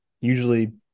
usually